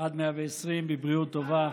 עד 120 בבריאות טובה.